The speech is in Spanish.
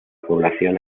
población